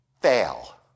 fail